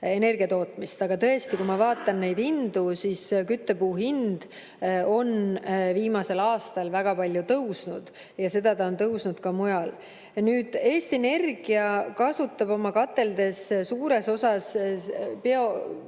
Aga tõesti, kui ma vaatan neid hindu, siis [näen, et] küttepuu hind on viimasel aastal väga palju tõusnud ja ta on tõusnud ka mujal. Eesti Energia kasutab oma kateldes suures osas